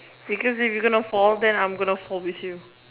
because if you gonna fall then I gonna fall with you